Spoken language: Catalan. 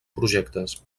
projectes